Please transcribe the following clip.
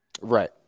right